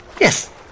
Yes